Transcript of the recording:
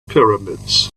pyramids